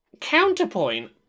counterpoint